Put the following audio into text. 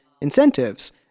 incentives